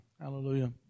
Hallelujah